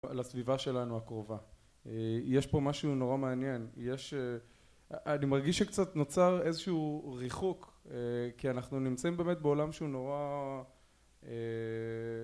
לסביבה שלנו הקרובה. יש פה משהו נורא מעניין, אני מרגיש שקצת נוצר איזשהו רחוק כי אנחנו נמצאים באמת בעולם שהוא נורא...